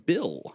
Bill